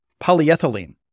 polyethylene